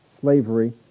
slavery